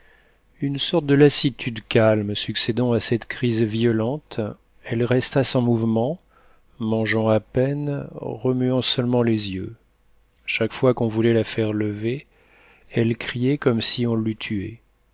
une sorte de lassitude calme succédant à cette crise violente elle resta sans mouvement mangeant à peine remuant seulement les yeux chaque fois qu'on voulait la faire lever elle criait comme si on l'eût tuée